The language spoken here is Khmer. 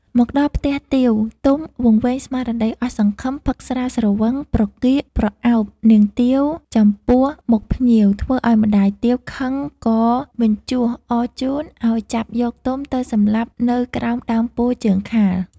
មកដល់ផ្ទះទាវ ទុំវង្វេងស្មារតីអស់សង្ឃឹមផឹកស្រាស្រវឹង ប្រកៀកប្រឱបនាងទាវចំពោះមុខភ្ញៀវ ធ្វើឲ្យម្តាយទាវខឹងក៏ពន្យូសអរជូនឲ្យចាប់យកទុំទៅសម្លាប់នៅក្រោមដើមពោធិ៍ជើងខាល។